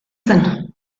zen